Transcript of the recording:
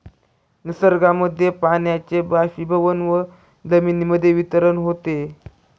निसर्गामध्ये पाण्याचे बाष्पीभवन व जमिनीमध्ये वितरण होते